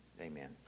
Amen